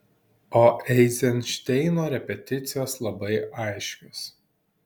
o eizenšteino repeticijos labai aiškios